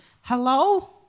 Hello